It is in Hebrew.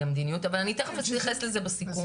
המדיניות אבל אני תיכף אתייחס לזה בסיכום.